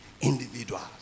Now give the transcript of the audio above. individuals